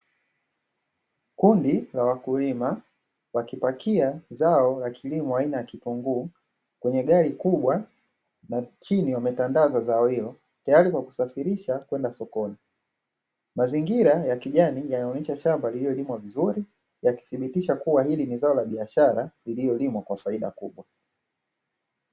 Kundi la wakulima wakipakia zao la kilimo aina ya kitunguu kwenye gari kubwa na chini wametandaza zao hilo, tayari kwa kuvisafirisha kwenda sokoni. Mazingira ya kijani yanaonyesha shamba lililolimwa vizuri, yakithibitisha kuwa hili ni zao la biashara lililolimwa kwa faida kubwa.